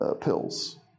pills